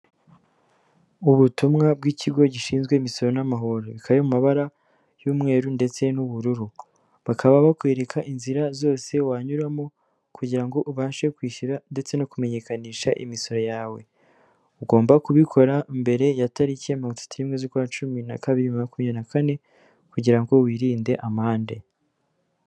Ubutumwa bw'ikigo gishinzwe imisoro n'amahoro, bikaba biri mu mabara y'umweru ndetse n'ubururu. Bakaba bakwereka inzira zose wanyuramo kugirango ubashe kwishyura ndetse no kumenyekanisha imisoro yawe. Ugomba kubikora mbere ya tariki ya mirongo itatu n'imwe z'ukwacumi na kabiri bibiri na makumyabiri na kane kugira ngo wirinde amande.